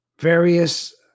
various